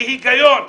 בהיגיון.